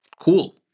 Cool